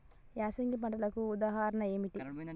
యాసంగి పంటలకు ఉదాహరణ ఏంటి?